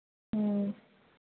ꯎꯝ